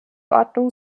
ordnung